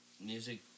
music